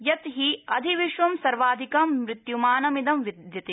यत् हि अधिविश्वं सर्वाधिकं मृत्यमानमिदं विद्यते